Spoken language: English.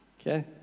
Okay